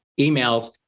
emails